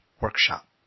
workshop